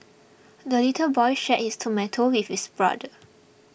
the little boy shared his tomato with his brother